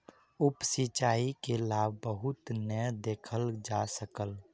उप सिचाई के लाभ बहुत नै देखल जा सकल